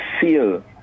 feel